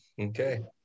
okay